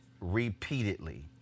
repeatedly